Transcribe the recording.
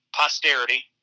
posterity